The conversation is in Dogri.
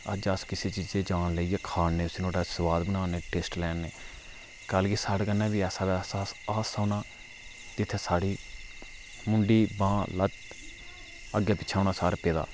अज्ज अस किसे चीजै ई जान लेइयै खाने उसी नुहाड़ा सोआद बना ने टेस्ट लै ने कल गी साढ़े कन्नै बी ऐसा वैसा हादसा होना ते इ'त्थें साढ़ी मुंडी बांह् लत्त अग्गें पिच्छें होना सर पेदा